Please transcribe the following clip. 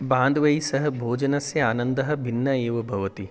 बान्धवैस्सह भोजनस्य आनन्दः भिन्नः एव भवति